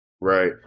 Right